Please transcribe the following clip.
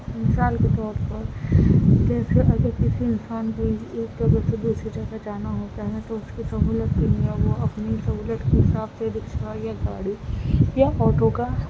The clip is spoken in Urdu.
مثال کے طور پر جیسے اگر کسی انسان کو ایک جگہ سے دوسری جگہ جانا ہوتا ہے تو اس کی سہولت کے لیے وہ اپنی سہولت کے حساب سے رکشہ یا گاڑی یا آٹو کا